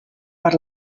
per